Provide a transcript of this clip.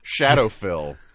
Shadowfill